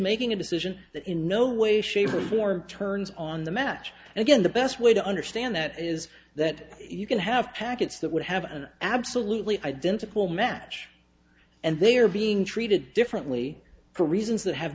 making a decision that in no way shape or form turns on the match and again the best way to understand that is that you can have packets that would have an absolutely identical match and they are being treated differently for reasons that have